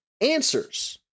answers